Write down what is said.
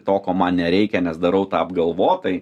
to ko man nereikia nes darau tą apgalvotai